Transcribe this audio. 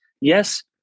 Yes